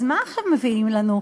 אז מה עכשיו מביאים לנו?